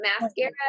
Mascara